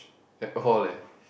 at all leh